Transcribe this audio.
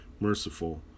merciful